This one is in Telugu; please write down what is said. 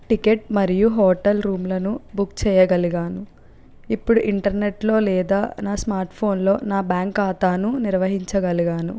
టికెట్ మరియు హోటల్ రూమ్ లను బుక్ చేయగలిగాను ఇప్పుడు ఇంటర్నెట్ లో లేదా నా స్మార్ట్ ఫోన్ లో నా బ్యాంక్ ఖాతాను నిర్వహించగలిగాను